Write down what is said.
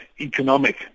economic